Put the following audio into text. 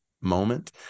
moment